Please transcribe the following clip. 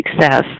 success